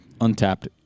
untapped